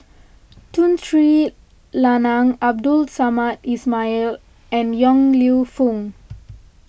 Tun Sri Lanang Abdul Samad Ismail and Yong Lew Foong